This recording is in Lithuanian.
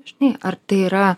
žinai ar tai yra